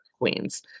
queens